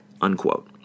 unquote